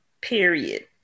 Period